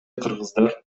кыргыздар